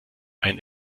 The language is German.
ein